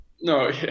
No